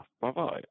bye-bye